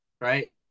right